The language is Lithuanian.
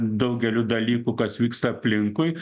daugeliu dalykų kas vyksta aplinkui